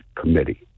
committee